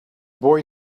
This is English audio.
boy